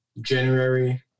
January